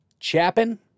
Chapin